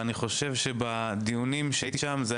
אבל אני חושב שמספר הדיונים שהייתי שם היה